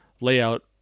layout